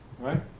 Right